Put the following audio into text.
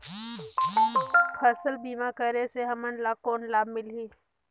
फसल बीमा करे से हमन ला कौन लाभ मिलही?